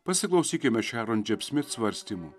pasiklausykime šiaron džiap smit svarstymų